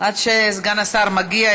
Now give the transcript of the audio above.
עד שסגן השר מגיע,